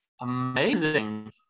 Amazing